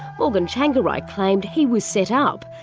morgan tsvangirai claimed he was set up,